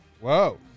Whoa